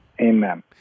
amen